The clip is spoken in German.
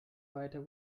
weiter